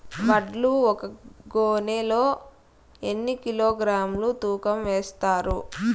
వడ్లు ఒక గోనె లో ఎన్ని కిలోగ్రామ్స్ తూకం వేస్తారు?